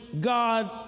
God